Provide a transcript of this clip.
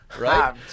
right